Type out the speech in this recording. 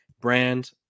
brand